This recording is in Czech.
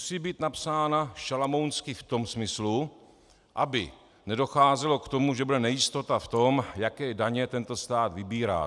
Musí být napsána šalamounsky v tom smyslu, aby nedocházelo k tomu, že bude nejistota v tom, jaké daně tento stát vybírá.